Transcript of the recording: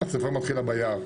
השריפה מתחילה ביער.